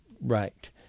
right